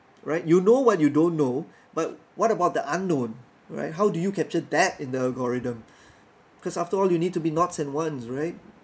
right you know what you don't know but what about the unknown right how do you capture that in the algorithm because after all you need to be nods and wants right